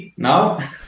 now